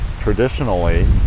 Traditionally